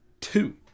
two